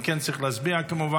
אם כן, צריך להצביע, כמובן.